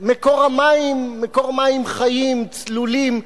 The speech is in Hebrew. מקור המים מקור מים חיים, צלולים.